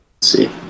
See